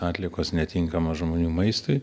atliekos netinkamos žmonių maistui